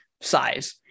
size